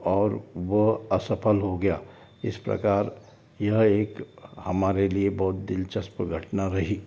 और वो असफल हो गया इस प्रकार यह एक हमारे लिए बहुत दिलचस्प घटना रही